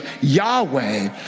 Yahweh